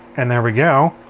and there we go.